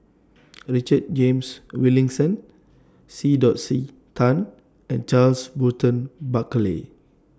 Richard James Wilkinson C Dot C Tan and Charles Burton Buckley